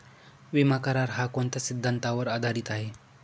विमा करार, हा कोणत्या सिद्धांतावर आधारीत आहे?